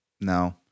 no